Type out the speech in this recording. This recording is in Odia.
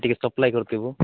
ଟିକେ ସପ୍ଲାଏ କରିଥିବୁ